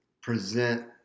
present